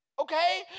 Okay